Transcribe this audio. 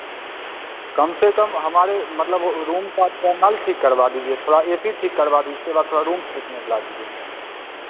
कम से कम हमारे मतलब वह रूम का थोड़ा नल ठीक करवा दीजिए थोड़ा ए सी ठीक करवा दीजिए उसके बाद थोड़ा रूम फ्रेसनर ला दीजिए